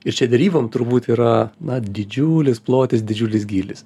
ir čia derybom turbūt yra na didžiulis plotis didžiulis gylis